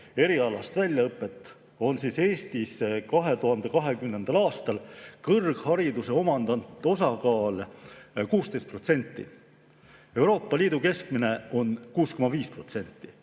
erialast väljaõpet, oli Eestis 2020. aastal kõrghariduse omandanute osakaal 16%. Euroopa Liidu keskmine on 6,5%.